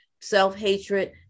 self-hatred